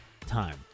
time